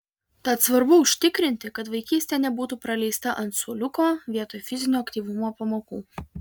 tad svarbu užtikrinti kad vaikystė nebūtų praleista ant suoliuko vietoj fizinio aktyvumo pamokų